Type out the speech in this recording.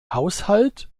haushalt